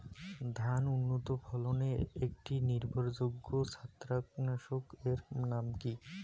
ধান উন্নত ফলনে একটি নির্ভরযোগ্য ছত্রাকনাশক এর নাম কি?